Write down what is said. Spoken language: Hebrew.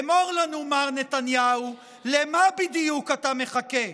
אמור לנו, מר נתניהו, למה בדיוק אתה מחכה?